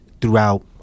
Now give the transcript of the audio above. throughout